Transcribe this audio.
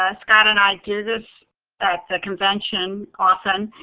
ah scott and i do this at the convention often,